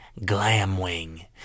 Glamwing